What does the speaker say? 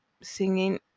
singing